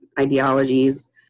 ideologies